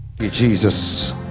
Jesus